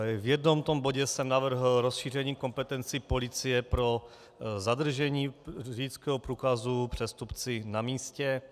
V jednom bodě jsem navrhl rozšíření kompetencí policie pro zadržení řidičského průkazu přestupci na místě.